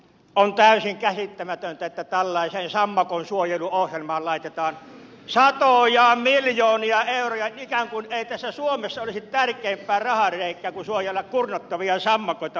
on täysin käsittämätöntä että tällaiseen sammakonsuojeluohjelmaan laitetaan satoja miljoonia euroja ikään kuin ei tässä suomessa olisi tärkeämpää rahareikää kuin suojella kurnuttavia sammakoita